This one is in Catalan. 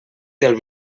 del